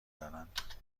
دارند